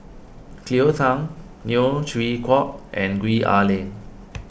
Cleo Thang Neo Chwee Kok and Gwee Ah Leng